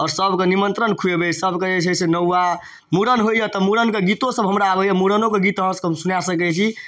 आओर सबके निमन्त्रण खुएबै सबके जे छै से नौआ मूड़न होइए तऽ मूड़नके गीतोसब हमरा अबैए मूड़नोके गीतो अहाँसबके सुना सकै छी